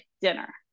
dinner